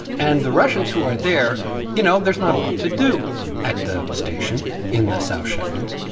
and the russians who are there you know, there's not a lot to do at the station in the south shetlands.